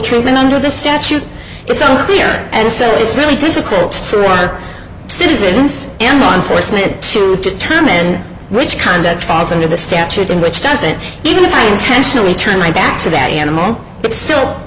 treatment under the statute it's unclear and so it's really difficult for citizens in law enforcement to determine which conduct falls under the statute in which doesn't even intentionally turn my back to that animal but still